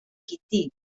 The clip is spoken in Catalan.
quintí